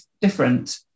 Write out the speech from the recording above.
different